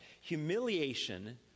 Humiliation